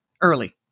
early